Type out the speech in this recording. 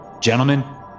Gentlemen